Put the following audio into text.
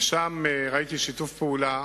ושם ראיתי שיתוף פעולה